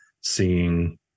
seeing